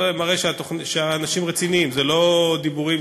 זה מראה שהאנשים רציניים, זה לא דיבורים